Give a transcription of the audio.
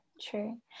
True